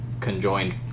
conjoined